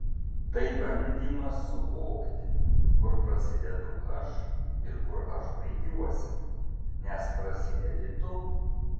tai bandymas suvokti kur prasidedu aš ir kur aš baigiuosi nes prasidedi tu